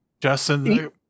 Justin